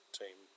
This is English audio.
team